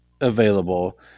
available